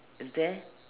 is there